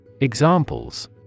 Examples